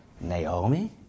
Naomi